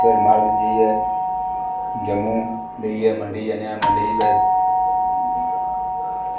ते मर्किट जाइयै जम्मू बेहियै मंडी जन्ने आं ते फिर